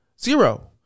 zero